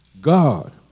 God